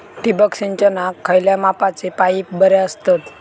ठिबक सिंचनाक खयल्या मापाचे पाईप बरे असतत?